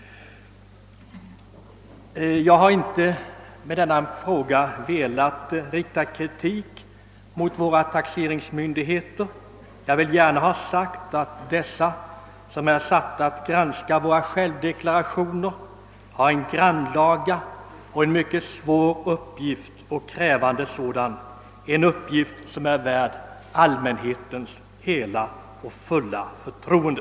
Jag har inte med denna fråga velat rikta kritik mot taxeringsmyndigheterna. De som är satta att granska våra självdeklarationer har en grannlaga, svår och krävande uppgift och de är värda allmänhetens förtroende.